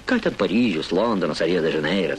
ką ten paryžius londonas ar rio de žaneiras